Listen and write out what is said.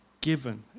given